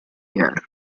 pierre